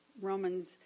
Romans